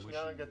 שנייה רגע,